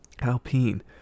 Alpine